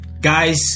Guys